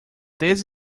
this